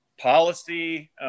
policy